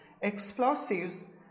Explosives